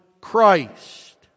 Christ